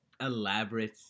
elaborate